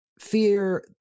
fear